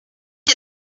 you